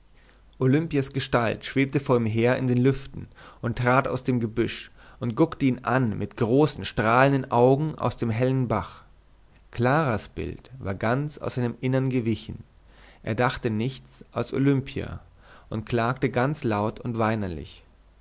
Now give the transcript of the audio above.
olimpias gestalt schwebte vor ihm her in den lüften und trat aus dem gebüsch und guckte ihn an mit großen strahlenden augen aus dem hellen bach claras bild war ganz aus seinem innern gewichen er dachte nichts als olimpia und klagte ganz laut und weinerlich